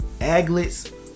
aglets